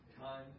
Time